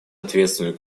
ответственную